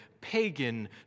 pagan